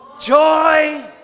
joy